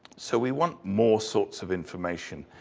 so we want more sorts of information.